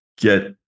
get